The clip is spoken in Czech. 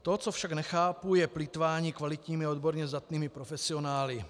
To, co však nechápu, je plýtvání kvalitními, odborně zdatnými profesionály.